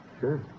Sure